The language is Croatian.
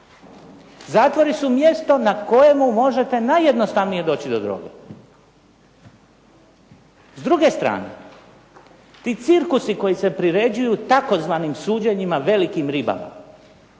Zatvori su mjesto na kojemu možete najjednostavnije doći do droge. S druge strane, ti cirkusi koji se priređuju tzv. suđenjima velikim ribama,